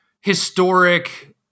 historic